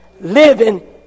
living